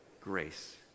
grace